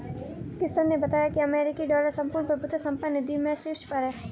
किशन ने बताया की अमेरिकी डॉलर संपूर्ण प्रभुत्व संपन्न निधि में शीर्ष पर है